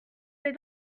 les